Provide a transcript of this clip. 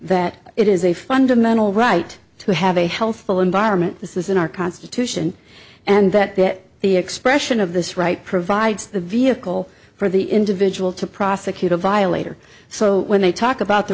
that it is a fundamental right to have a healthful environment this is in our constitution and that that the expression of this right provides the vehicle for the individual to prosecute a violator so when they talk about th